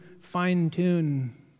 fine-tune